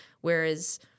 Whereas